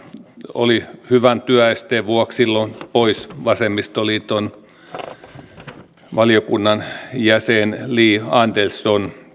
oli hyvän työesteen vuoksi silloin poissa vasemmistoliiton edustaja valiokunnan jäsen li andersson